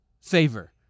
favor